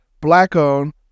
black-owned